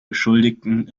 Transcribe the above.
beschuldigten